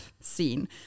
scene